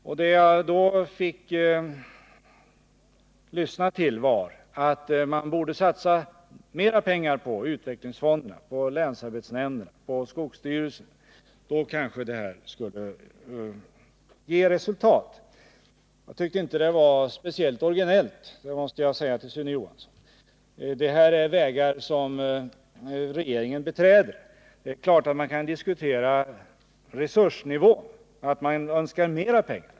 Vad jag fick lyssna till var att man borde satsa mera pengar på utvecklingsfonderna, länsarbetsnämnderna och skogsvårdsstyrelserna, för det skulle kanske ge resultat. Jag tyckte inte att det var speciellt originellt, det måste jag säga till Sune Johansson. Det här är vägar som regeringen beträder. Självfallet kan man diskutera resursnivån och önska mera pengar.